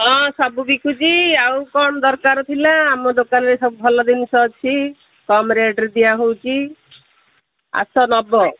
ହଁ ସବୁ ବିକୁଛି ଆଉ କଣ ଦରକାର ଥିଲା ଆମ ଦୋକାନରେ ସବୁ ଭଲ ଜିନିଷ ଅଛି କମ୍ ରେଟ୍ରେ ଦିଆହେଉଛି ଆସ ନେବ